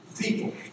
people